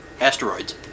asteroids